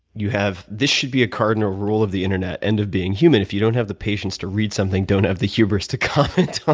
you have, this should be a cardinal rule of the internet and of being human. if you don't have the patience to read something, don't have the hubris to comment ah